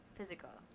Physical